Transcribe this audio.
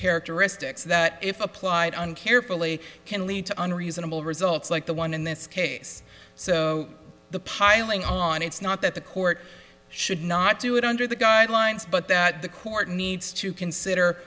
characteristics that if applied on carefully can lead to an reasonable results like the one in this case so the piling on it's not that the court should not do it under the guidelines but that the court needs to consider